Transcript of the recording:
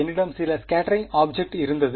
என்னிடம் சில scattering object இருந்தது